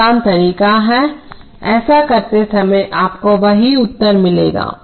अबनिश्चित रूप से इसे करने का यह एक आसान तरीका हैऐसा करते समय आपको वही उत्तर मिलेगा